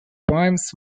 poems